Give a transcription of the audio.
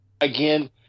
Again